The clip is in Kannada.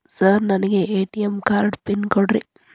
ಸರ್ ನನಗೆ ಎ.ಟಿ.ಎಂ ಕಾರ್ಡ್ ಪಿನ್ ಕೊಡ್ರಿ?